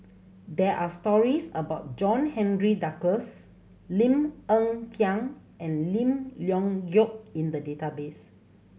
there are stories about John Henry Duclos Lim Hng Kiang and Lim Leong Geok in the database